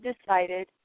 decided